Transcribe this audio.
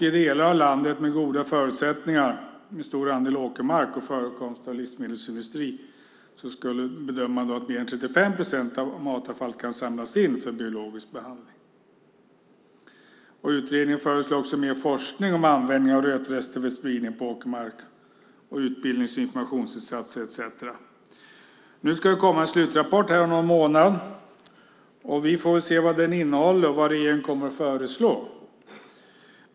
I delar av landet med goda förutsättningar - stor andel åkermark och förekomst av livsmedelsindustri - bedömer man att mer än 35 procent av matavfallet kan samlas in för biologisk behandling. Utredningen föreslår också mer forskning om användning av rötresterna för spridning på åkermark, liksom informationsinsatser etcetera. Det ska komma en slutrapport om någon månad. Vi får väl se vad den innehåller och vad regeringen kommer att föreslå.